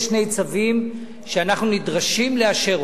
יש שני צווים שאנחנו נדרשים לאשר,